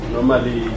Normally